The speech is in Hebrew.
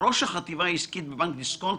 ראש החטיבה העסקית בבנק דיסקונט,